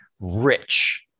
rich